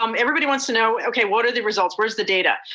um everybody wants to know, okay, what are the results? where's the data?